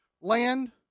land